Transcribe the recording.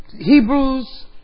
Hebrews